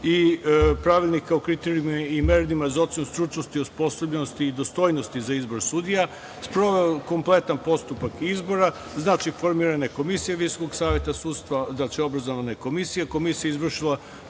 i Pravilnika o kriterijumima i merilima za ocenu stručnosti i osposobljenosti i dostojnosti za izbor sudija, sproveo kompletan postupak izbora. Znači, formirana je komisija Visokog saveta sudstva, znači obrazovana je komisija. Komisija je izvršila